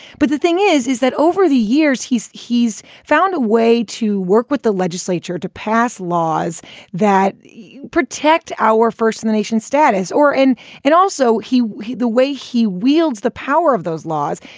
but the thing is, is that over the years, he's he's found a way to work with the legislature to pass laws that protect our first in the nation status or and and also he he the way he wields the power of those laws.